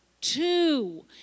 Two